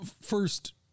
first